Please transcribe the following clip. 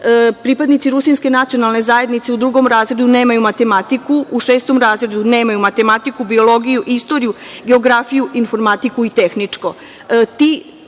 pripadnici Rusinske nacionalne zajednice u drugom razredu nemaju matematiku, u šestom razredu nemaju matematiku, biologiju, istoriju, geografiju, informatiku i tehničko. Taj